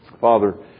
Father